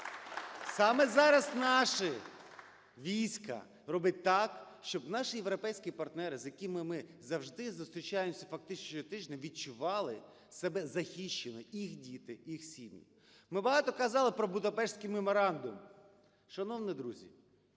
Саме зараз наше військо робить так, щоб наші європейські партнери, з якими ми завжди зустрічаємося фактично щотижня, відчували себе захищеними і їх діти, їх сім'ї. Ми багато казали про Будапештський меморандум, шановні друзі,